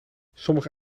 sommige